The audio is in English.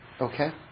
Okay